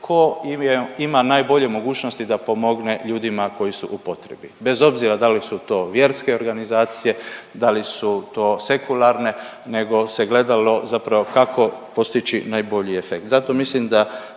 tko ima najbolje mogućnosti da pomogne ljudima koji su u potrebi bez obzira da li su to vjerske organizacije, da li su to sekularne nego se gledalo zapravo kako postići najbolji efekt.